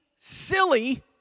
silly